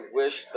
wish